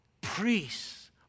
priests